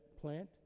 plant